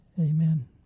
amen